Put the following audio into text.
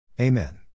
Amen